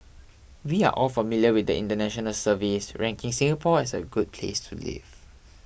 we're all familiar with the international surveys ranking Singapore as a good place to live